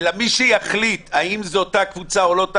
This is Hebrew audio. אלא מי שיחליט האם זאת אותה קבוצה או לא,